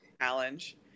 challenge